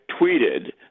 tweeted